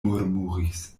murmuris